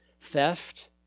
theft